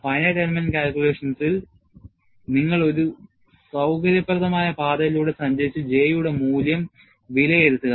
Finite element calculations ഇൽ നിങ്ങൾ ഒരു സൌകര്യപ്രദമായ പാതയിലൂടെ സഞ്ചരിച്ച് J യുടെ മൂല്യം വിലയിരുത്തുക